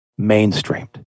mainstreamed